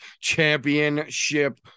championship